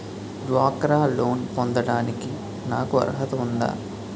డ్వాక్రా లోన్ పొందటానికి నాకు అర్హత ఉందా?